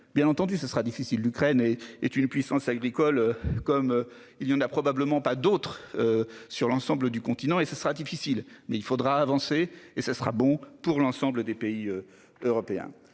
Bien entendu, ce sera difficile de l'Ukraine et est une puissance agricole comme il y en a probablement pas d'autre. Sur l'ensemble du continent et ce sera difficile mais il faudra avancer et ça sera bon pour l'ensemble des pays européens.